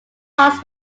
parts